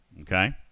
Okay